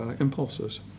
impulses